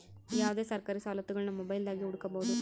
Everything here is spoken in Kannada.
ಯಾವುದೇ ಸರ್ಕಾರಿ ಸವಲತ್ತುಗುಳ್ನ ಮೊಬೈಲ್ದಾಗೆ ಹುಡುಕಬೊದು